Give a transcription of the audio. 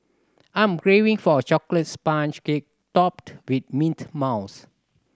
I'm craving for a chocolate sponge cake topped with mint mousse